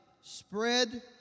spread